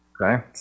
Okay